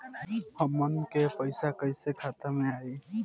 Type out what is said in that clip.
हमन के पईसा कइसे खाता में आय?